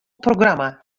programma